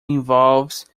involves